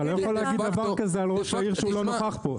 אתה לא יכול להגיד דבר כזה על ראש העיר כשהוא לא נוכח פה.